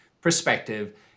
perspective